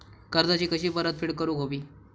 कर्जाची कशी परतफेड करूक हवी?